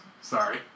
Sorry